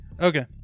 Okay